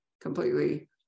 completely